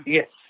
Yes